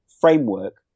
framework